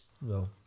No